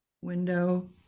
window